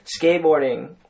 skateboarding